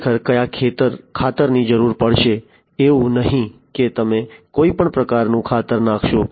ખરેખર કયા ખાતરની જરૂર પડશે એવું નહીં કે તમે કોઈપણ પ્રકારનું ખાતર નાખશો